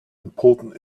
important